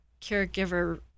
caregiver